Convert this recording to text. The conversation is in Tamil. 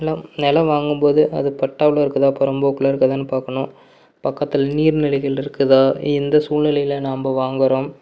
நிலம் நிலம் வாங்கும்போது அது பட்டாவில் இருக்குதா புறம்போக்குல இருக்குதான்னு பார்க்கணும் பக்கத்தில் நீர்நிலைகள் இருக்குதா எந்த சூழ்நிலையில் நாம்ம வாங்கறோம்